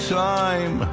time